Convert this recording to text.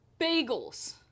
Bagels